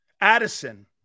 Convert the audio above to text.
Addison